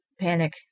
panic